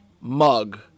mug